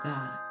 God